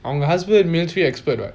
அவங்க:avanga husband military expert [what]